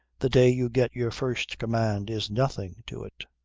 the day you get your first command is nothing to it.